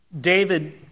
David